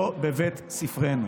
לא בבית ספרנו.